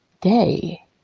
day